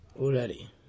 already